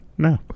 No